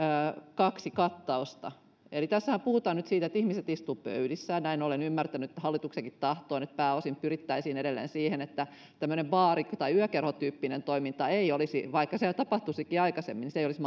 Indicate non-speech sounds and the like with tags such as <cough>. kaksi kattausta eli tässähän puhutaan nyt siitä että ihmiset istuvat pöydissä ja näin olen ymmärtänyt että hallituksenkin tahto on että pääosin pyrittäisiin edelleen siihen että tämmöinen baari tai yökerhotyyppinen toiminta vaikka sitä tapahtuisikin aikaisemmin ei olisi <unintelligible>